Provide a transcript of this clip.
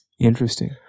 Interesting